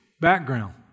background